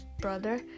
brother